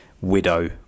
widow